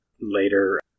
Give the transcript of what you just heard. later